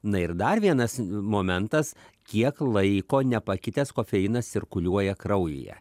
na ir dar vienas momentas kiek laiko nepakitęs kofeinas cirkuliuoja kraujyje